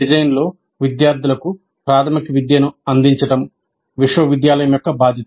డిజైన్లో విద్యార్థులకు ప్రాథమిక విద్యను అందించడం విశ్వవిద్యాలయం యొక్క బాధ్యత